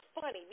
funny